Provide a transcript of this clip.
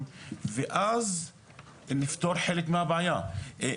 ואז נפתור חלק מהבעיה ואז נפתור חלק מהבעיה.